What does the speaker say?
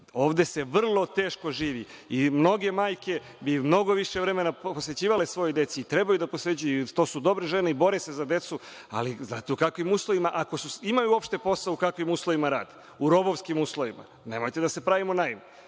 Ovde se vrlo teško živi. I mnoge majke bi mnogo više vremena posvećivale svojoj deci, i treba da posvećuju, to su dobre žene i bore se za decu, ali, znate u kakvim uslovima rade, ako uopšte imaju posao – u robovskim uslovima. Nemojte da se pravimo naivni.